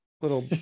little